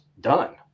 done